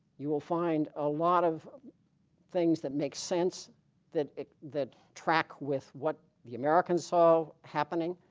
you will find a lot of things that make sense that that track with what the americans saw happening.